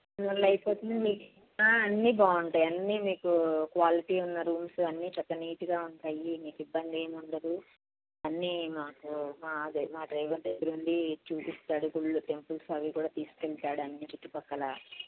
అయిపోతుంది మీకు అన్నీ బావుంటాయి అన్నీ మీకు క్వాలిటీ ఉన్న రూమ్స్ అన్నీ చక్కగా నీటుగా ఉంటాయి మీకు ఇబ్బంది ఏమీ ఉండదు అన్నీ మాకు మా డ్రైవర్ దగ్గర ఉండి చూపిస్తాడు గుళ్ళు టెంపుల్స్ అవి కూడా తీసుకెళ్తాడు అన్నీ చుట్టుపక్కల